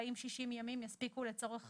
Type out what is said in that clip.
והאם 60 ימים יספיקו לצורך